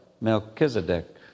Melchizedek